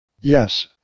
yes